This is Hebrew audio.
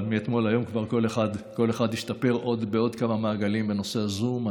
אבל מאתמול להיום כבר כל אחד השתפר בעוד כמה מעגלים בנושא הזום.